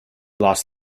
lost